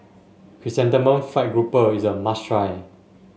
Chrysanthemum Fried Grouper is a must try